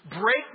break